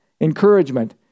encouragement